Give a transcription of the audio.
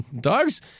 Dogs